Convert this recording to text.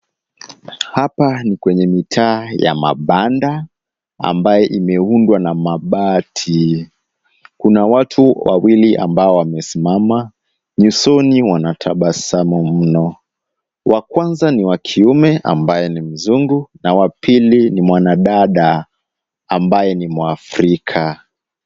Hapa ni kwenye mitaa ya mabanda ambayo imeundwa na mabati. Kuna watu wawili ambao wamesimama nyusoni wanatabasamu mno wa kwanza ni wa kiume ambaye ni mzungu na wa pili ni mwanadada ambaye ni mwafrika.